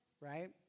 right